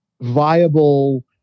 viable